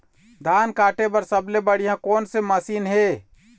धान काटे बर सबले बढ़िया कोन से मशीन हे?